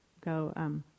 go